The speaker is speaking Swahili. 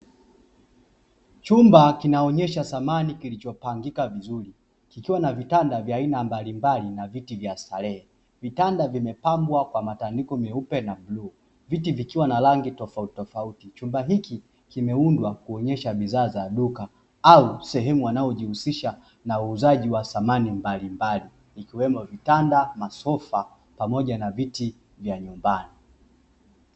Chumba kinaonyesha samani kilichopangika vizuri, kikiwa na vitanda vya aina mbalimbali na viti vya starehe. Vitanda vimepambwa kwa matandiko meupe na bluu, vitu vikiwa na rangi tofautitofauti. Chumba hiki kimeundwa kuonyesha bidhaa za duka, au sehemu waojihusisha na uuzaji wa samani mbalimbali ikiwemo vitanda, masofa pamoja na viti vya nyumbani.